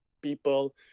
people